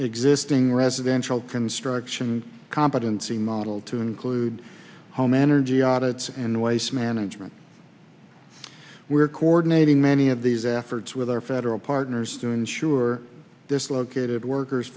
existing residential construction competency model to include home energy audits and waste management we're coordinating many of these efforts with our federal partners to ensure dislocated workers